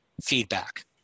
feedback